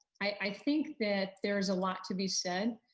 i think that there's a lot to be said.